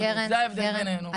זה ההבדל בינינו.